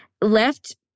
left